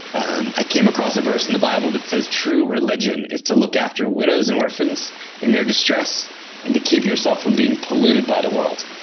and i came across a verse in the bible that says, true religion is to look after widows and orphans in their distress and to keep yourself from being polluted by the world.